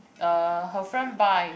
uh her friend buy